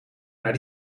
naar